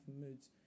moods